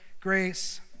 grace